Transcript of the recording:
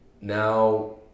now